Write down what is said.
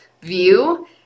view